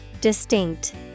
Distinct